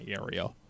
area